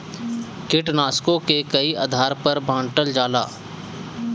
कीटनाशकों के कई आधार पर बांटल जाला